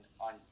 on